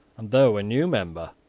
and though a new member,